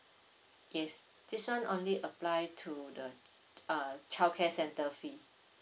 yes this one only apply to the uh childcare center fee